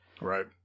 Right